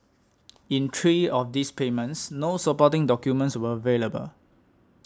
in three of these payments no supporting documents were available